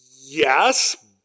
yes